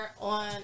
on